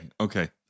okay